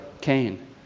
Cain